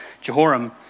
Jehoram